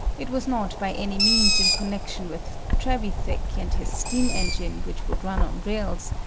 it was not by any means in connection with trevithick and his steam-engine which would run on rails,